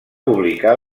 publicar